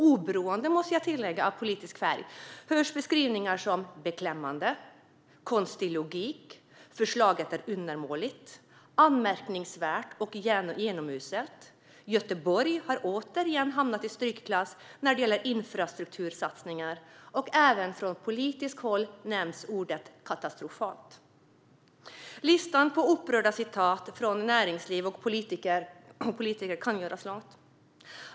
Oberoende av politisk färg hörs beskrivningar som: beklämmande, konstig logik, förslaget är undermåligt, anmärkningsvärt och genomuselt. Göteborg har återigen hamnat i strykklass när det gäller infrastruktursatsningar. Även från politiskt håll nämns ordet katastrofalt. Listan på upprörda citat från näringsliv och politiker kan göras lång.